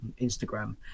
Instagram